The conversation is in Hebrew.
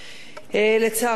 לצערנו הרב,